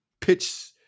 pitch